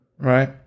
Right